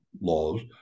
laws